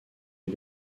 les